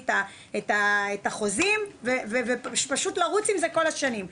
את החוזים ופשוט לרוץ עם זה כל השנים.